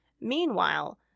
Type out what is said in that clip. Meanwhile